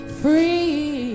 free